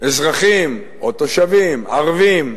אזרחים או תושבים, ערבים,